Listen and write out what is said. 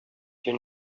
you